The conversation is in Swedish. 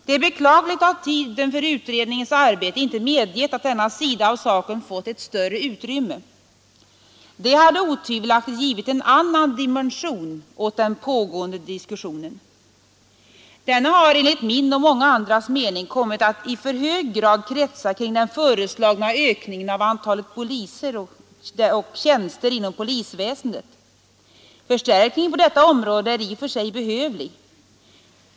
Det är beklagligt att tiden för utredningens arbete inte medgett att denna sida av saken fått större utrymme — det skulle otvivelaktigt ha givit en annan dimension åt den pågående diskussionen. Denna har enligt min och många andras mening kommit att i alltför hög grad kretsa kring den föreslagna ökningen av antalet poliser och tjänster inom polisväsendet. Förstärkningen på detta område är i och för sig behövlig.